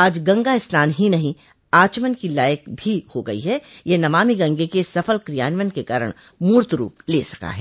आज गंगा स्नान ही नहीं आचमन की लायक भी हो गयी है यह नममि गंगे के सफल कियान्वयन के कारण मूर्त रूप ले सका है